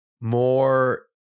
more